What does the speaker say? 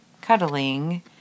cuddling